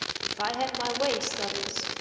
if i had my way, stubbins,